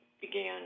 began